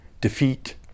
defeat